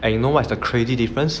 and you know what's the crazy difference